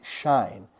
shine